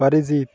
Arijit